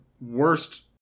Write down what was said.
worst